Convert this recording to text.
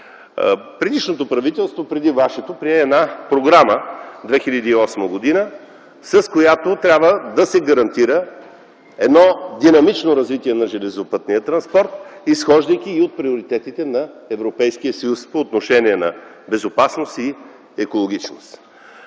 Предишното правителство – преди Вашето, прие Програма 2008 г., с която трябва да се гарантира динамично развитие на железопътния транспорт, изхождайки и от приоритетите на Европейския съюз по отношение на безопасност и екологичност.